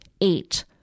Eight